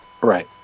right